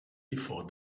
before